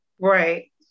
Right